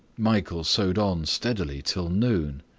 michael sewed on steadily till noon.